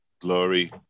Glory